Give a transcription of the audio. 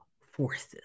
Forces